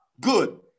good